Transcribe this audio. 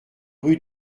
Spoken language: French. rue